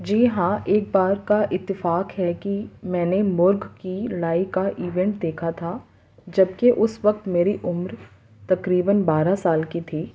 جی ہاں ایک بار کا اتفاق ہے کہ میں نے مرغ کی لڑائی کا ایونٹ دیکھا تھا جب کہ اس وقت میری عمر تقریباً بارہ سال کی تھی